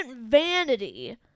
vanity